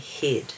head